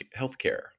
healthcare